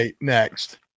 next